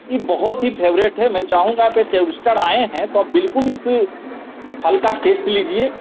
यह बहुत ही फ़ेवरेट है मैं चाहूँगा कि टूरिस्टर आए हैं तो आप बिल्कुल ही फिर फल का टेस्ट लीजिए